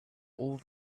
all